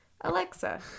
alexa